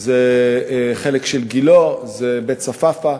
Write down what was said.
זה חלק של גילה, זה בית-צפאפא,